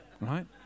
right